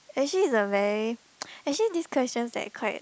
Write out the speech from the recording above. actually it's a very actually this question that's quite